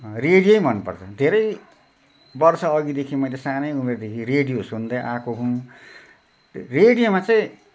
radio नै मनपर्छ वर्ष अघिदेखि मैले सानै उमेरदेखि रेडियो सुन्दैआएको हुँ रेडियोमा चाहिँ